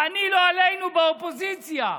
ואני, לא עלינו, באופוזיציה.